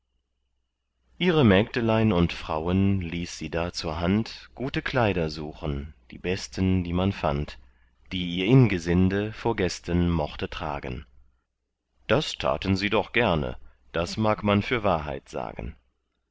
ihre mägdelein und frauen ließ sie da zur hand gute kleider suchen die besten die man fand die ihr ingesinde vor gästen mochte tragen das taten sie doch gerne das mag man für wahrheit sagen